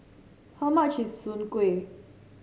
how much is Soon Kway